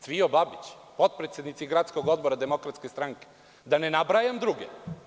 Cvijo Babić, potpredsednici Gradskog odbora DS i da ne nabrajam druge?